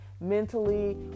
mentally